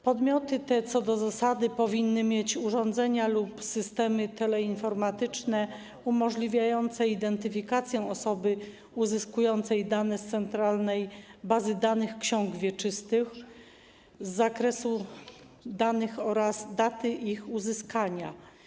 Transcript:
Podmioty te co do zasady powinny mieć urządzenia lub systemy teleinformatyczne umożliwiające identyfikację osoby uzyskującej dane z centralnej bazy danych ksiąg wieczystych, zakresu uzyskiwanych danych oraz daty ich uzyskania.